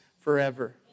forever